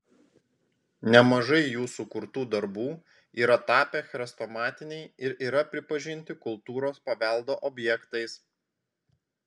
nemažai jų sukurtų darbų yra tapę chrestomatiniai ir yra pripažinti kultūros paveldo objektais